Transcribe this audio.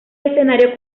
escenario